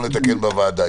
נתקן בוועדה.